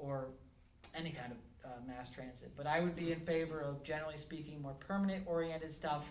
or any kind of mass transit but i would be in favor of generally speaking more permanent oriented stuff